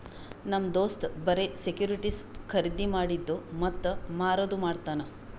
ನಮ್ ದೋಸ್ತ್ ಬರೆ ಸೆಕ್ಯೂರಿಟಿಸ್ ಖರ್ದಿ ಮಾಡಿದ್ದು ಮತ್ತ ಮಾರದು ಮಾಡ್ತಾನ್